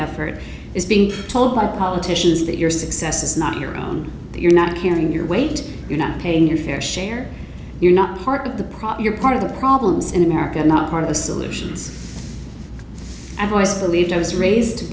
effort is being told by politicians that your success is not your own you're not hearing your weight you're not paying your fair share you're not part of the prop you're part of the problems in america are not part of the solutions i've always believed i was raised to